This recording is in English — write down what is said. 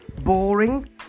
Boring